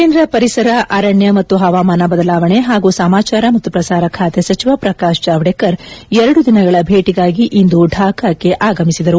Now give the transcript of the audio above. ಕೇಂದ್ರ ಪರಿಸರ ಅರಣ್ಯ ಮತ್ತು ಹವಾಮಾನ ಬದಲಾವಣೆ ಹಾಗೂ ಸಮಾಚಾರ ಮತ್ತು ಪ್ರಸಾರ ಖಾತೆ ಸಚಿವ ಪ್ರಕಾಶ್ ಜಾವಡೇಕರ್ ಎರಡು ದಿನಗಳ ಭೇಟಿಗಾಗಿ ಇಂದು ಢಾಖಾಕ್ಕೆ ಆಗಮಿಸಿದರು